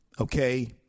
Okay